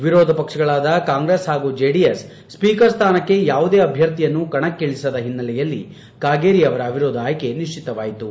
ವಿರೋಧಪಕ್ಷಗಳಾದ ಕಾಂಗ್ರೆಸ್ ಹಾಗೂ ಜೆಡಿಎಸ್ ಸ್ವೀಕರ್ ಸ್ವಾನಕ್ಕೆ ಯಾವುದೇ ಅಭ್ಯರ್ಥಿಯನ್ನು ಕಣಕಿಳಿಸದ ಹಿನ್ನೆಲೆಯಲ್ಲಿ ಕಾಗೇರಿಯವರ ಅವಿರೋಧ ಆಯ್ಕೆ ನಿಶ್ಚಿತವಾಯಿತು